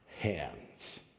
hands